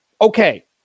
okay